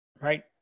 right